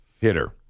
hitter